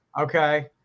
Okay